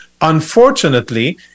Unfortunately